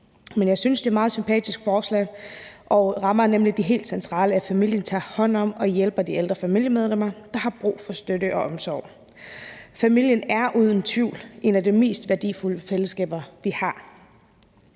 Men jeg synes, det er et meget sympatisk forslag, og det rammer nemlig det helt centrale med, at familien tager hånd om at hjælpe de ældre familiemedlemmer, der har brug for støtte og omsorg. Familien er uden tvivl et af de mest værdifulde fællesskaber, vi har.